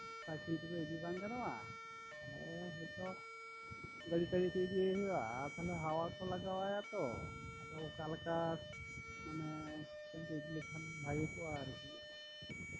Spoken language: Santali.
ᱥᱟᱭᱠᱮᱞ ᱛᱮᱫᱚ ᱤᱫᱤ ᱵᱟᱝ ᱜᱟᱱᱚᱜᱼᱟ ᱦᱚᱭᱛᱚ ᱜᱟᱰᱤᱛᱮ ᱤᱫᱤᱭᱮ ᱦᱩᱭᱩᱜᱼᱟ ᱵᱟᱝ ᱠᱷᱟᱱ ᱛᱚ ᱦᱟᱣᱟ ᱴᱟᱣᱟ ᱠᱚ ᱞᱟᱜᱟᱣ ᱟᱭᱟ ᱛᱚ ᱚᱠᱟ ᱞᱮᱠᱟ ᱛᱮ ᱤᱫᱤ ᱞᱮᱠᱷᱟᱱ ᱵᱷᱟᱜᱮ ᱠᱚᱜᱼᱟ ᱟᱨᱠᱤ